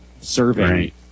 survey